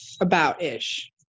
about-ish